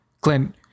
Glenn